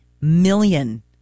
million